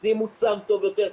מציעים מוצר טוב יותר.